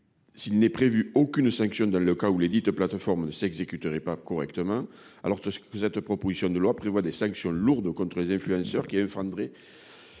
il n'est prévu aucune sanction dans le cas où lesdites plateformes ne s'exécuteraient pas correctement, alors que cette proposition de loi prévoit de lourdes sanctions contre les influenceurs qui enfreindraient